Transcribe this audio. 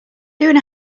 doing